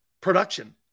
Production